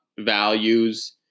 values